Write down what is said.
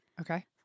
Okay